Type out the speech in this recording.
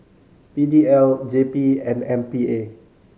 P D L J P and M P A